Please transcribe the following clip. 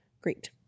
Great